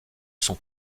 sont